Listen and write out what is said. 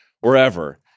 wherever